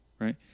Right